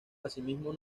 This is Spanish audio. asimismo